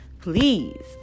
please